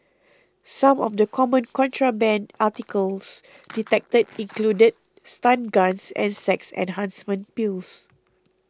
some of the common contraband articles detected included stun guns and sex enhancement pills